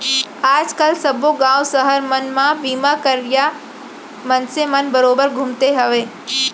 आज काल सब्बो गॉंव सहर मन म बीमा करइया मनसे मन बरोबर घूमते हवयँ